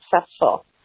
successful